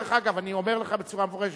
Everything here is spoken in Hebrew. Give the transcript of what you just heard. דרך אגב, אני אומר לך בצורה מפורשת: